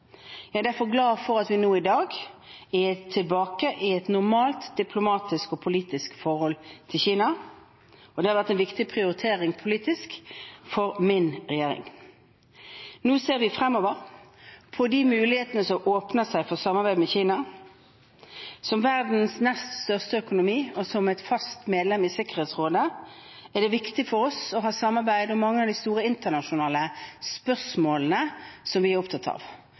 Jeg er derfor glad for at vi nå i dag er tilbake i et normalt diplomatisk og politisk forhold til Kina. Det har vært en viktig politisk prioritering for min regjering. Nå ser vi fremover på de mulighetene som åpner seg for samarbeidet med Kina, som er verdens nest største økonomi og fast medlem i Sikkerhetsrådet. Det er viktig for oss å ha et samarbeid om mange av de store internasjonale spørsmålene som vi er opptatt av